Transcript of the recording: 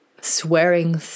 swearing